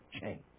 change